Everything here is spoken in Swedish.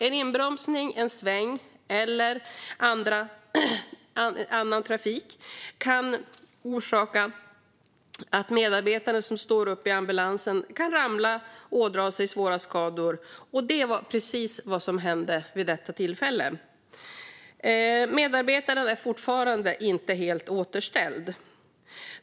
En inbromsning, en sväng eller annan trafik kan orsaka att en medarbetare som står upp i ambulansen ramlar och ådrar sig svåra skador. Det är precis vad som hände vid detta tillfälle, och medarbetaren är fortfarande inte helt återställd.